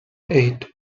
eight